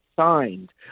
signed